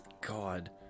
god